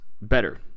better